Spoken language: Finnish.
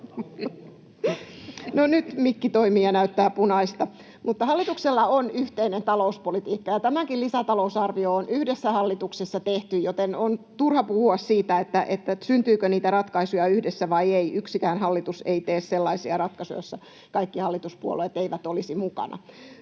nyt mikki toimii ja näyttää punaista. — Hallituksella on yhteinen talouspolitiikka, ja tämäkin lisätalousarvio on hallituksessa yhdessä tehty, joten on turha puhua siitä, syntyykö niitä ratkaisuja yhdessä vai ei. Yksikään hallitus ei tee sellaisia ratkaisuja, joissa kaikki hallituspuolueet eivät olisi mukana.